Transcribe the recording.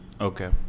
okay